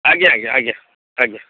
ଆଜ୍ଞା ଆଜ୍ଞା ଆଜ୍ଞା ଆଜ୍ଞା